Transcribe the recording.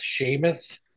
seamus